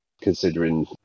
considering